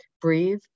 Breathe